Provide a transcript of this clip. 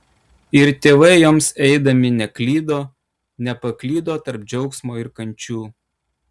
ir tėvai joms eidami neklydo nepaklydo tarp džiaugsmo ir kančių